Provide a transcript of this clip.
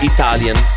Italian